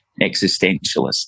existentialist